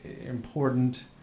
important